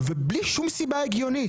ובלי שום סיבה הגיונית.